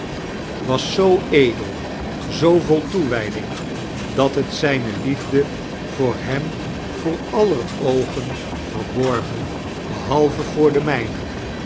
was zoo edel aoo vol toewijddmg dat het zijn lietfde voor hem voor alter oogen verborg behalve voor de mijiie